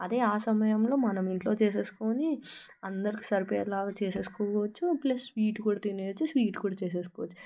అదే ఆ సమయంలో మనం ఇంట్లో చేసేసుకొని అందరికీ సరిపోయేలాగా చేసేసుకోవచ్చు ప్లస్ స్వీట్ కూడా తినేయొచ్చు స్వీటు కూడా చేసేసుకోవచ్చు